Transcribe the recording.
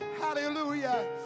Hallelujah